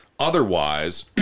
Otherwise